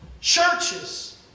Churches